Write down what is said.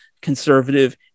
conservative